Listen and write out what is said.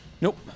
Nope